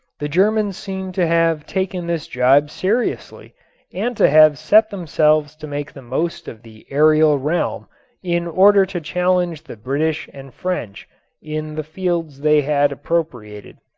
the germans seem to have taken this jibe seriously and to have set themselves to make the most of the aerial realm in order to challenge the british and french in the fields they had appropriated.